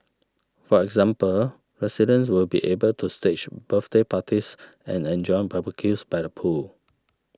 for example residents will be able to stage birthday parties and enjoy barbecues by the pool